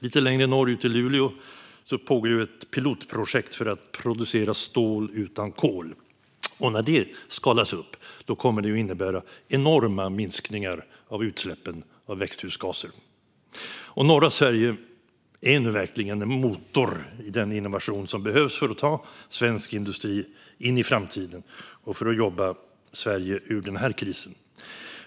Lite längre norrut, i Luleå, pågår ett pilotprojekt för att producera stål utan kol. När det skalas upp kommer det att innebära enorma minskningar av utsläppen av växthusgaser. Norra Sverige är nu verkligen en motor i den innovation som behövs för att ta svensk industri in i framtiden och för att jobba Sverige ut ur krisen.